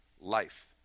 life